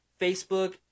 Facebook